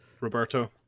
Roberto